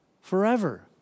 forever